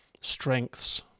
strengths